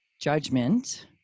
judgment